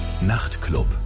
Nachtclub